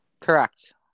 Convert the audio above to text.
Correct